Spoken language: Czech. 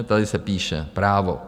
Tady se píše, Právo: